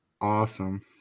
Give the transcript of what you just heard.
awesome